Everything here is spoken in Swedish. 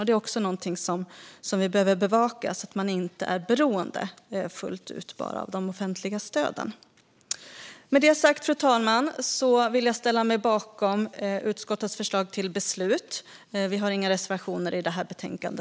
Det är också något som vi behöver bevaka, så att man inte är fullt ut beroende av bara de offentliga stöden. Med det sagt, fru talman, vill jag ställa mig bakom utskottets förslag till beslut. Vi har inga reservationer i detta betänkande.